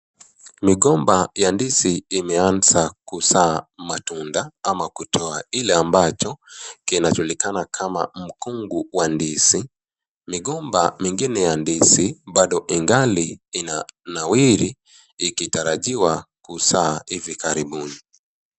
Migomba ya ndizi imeanza kuzaa matunda ama kutoa ile ambacho kinajulikana kama mkungu wa ndizi. Migomba mengine ya ndizi bado ingali inanawiri ikitarajiwa kuzaa hivi karibuni.